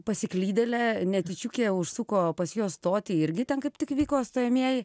pasiklydėlė netyčiukė užsuko pas juos stoti irgi ten kaip tik vyko stojamieji